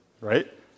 right